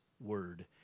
word